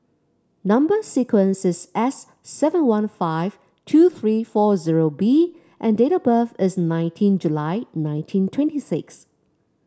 number sequence is S seven one five two three four zero B and date of birth is nineteen July nineteen twenty six